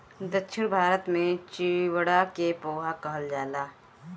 दक्षिण भारत में चिवड़ा के पोहा कहल जाला